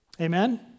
Amen